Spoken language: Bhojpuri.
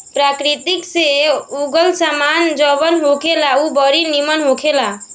प्रकृति से उगल सामान जवन होखेला उ बड़ी निमन होखेला